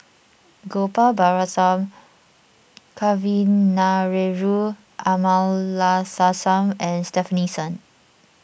Gopal Baratham Kavignareru Amallathasan and Stefanie Sun